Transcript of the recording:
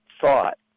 thought